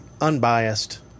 unbiased